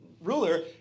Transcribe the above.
ruler